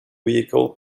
vehicle